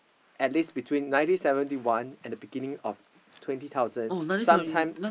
at least between nineteen seventeen one and the beginning of twenty thousand some time